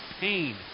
pain